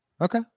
okay